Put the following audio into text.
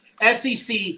SEC